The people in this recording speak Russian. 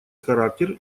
характер